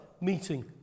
meeting